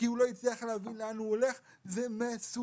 כי הוא לא הצליח להבין לאן הוא הולך זה מסוכן.